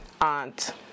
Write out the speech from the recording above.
aunt